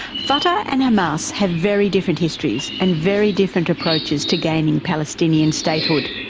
fatah and hamas have very different histories and very different approaches to gaining palestinian statehood.